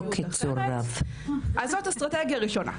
אז זאת אסטרטגיה ראשונה.